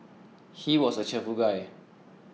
he was a cheerful guy